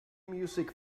music